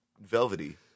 velvety